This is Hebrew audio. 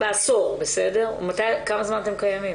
בעשור, כמה זמן אתם קיימים?